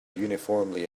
uniformly